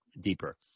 deeper